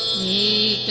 e